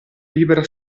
libera